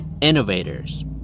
innovators